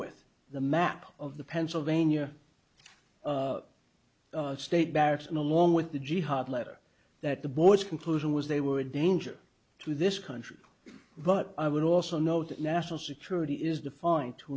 with the map of the pennsylvania state barracks and along with the jihad later that the boys conclusion was they were a danger to this country but i would also note that national security is defined to